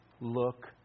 look